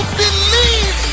believe